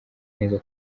neza